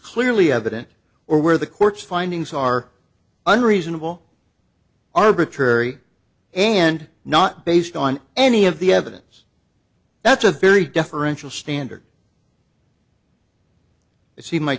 clearly evident or where the court's findings are unreasonable arbitrary and not based on any of the evidence that's a very deferential standard it seems my